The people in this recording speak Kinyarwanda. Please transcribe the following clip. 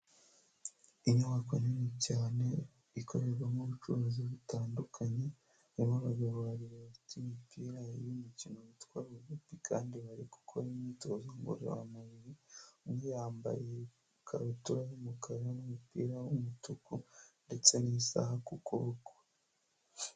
Inyubako nini cyane, ikorerwamo ubucuruzi butandukanye, harimo abagabo babiri bafite imipira y'umukino witwa rugubi, kandi bari gukora imyitozo ngororamubiri, umwe yambaye ikabutura y'umukara, n'umupira w'umutuku, ndetse n'isaha ku kuboko.